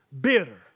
bitter